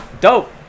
dope